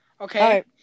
okay